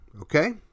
Okay